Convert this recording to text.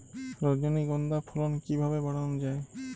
রজনীগন্ধা ফলন কিভাবে বাড়ানো যায়?